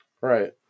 right